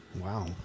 Wow